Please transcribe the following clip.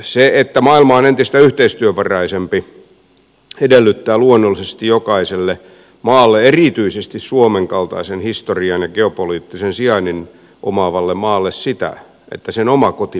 se että maailma on entistä yhteistyövaraisempi edellyttää luonnollisesti jokaiselle maalle erityisesti suomen kaltaisen historian ja geopoliittisen sijainnin omaavalle maalle sitä että sen oma kotipesä on kunnossa